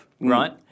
right